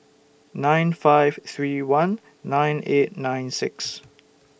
nine five three one nine eight nine six